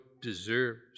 deserves